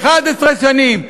11 שנים,